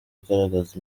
igaragaza